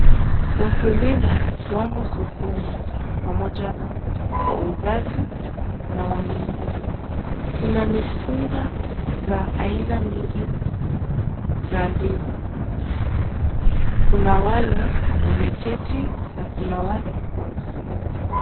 Wakulima wamo sokoni pamoja na wauzaji na wanunuzi. Kuna mikunga za aina mingi za ndizi. Kuna wale wameketi na kuna wale wamesimama.